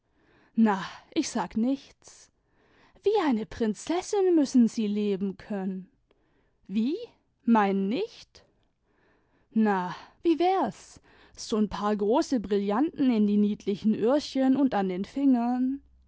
na ich sag nichts wie eine prinzessin müssen sie leben können wie meinen nicht na wie wär's so n paar große brillanten in die niedlichen öhrchen und an den fingern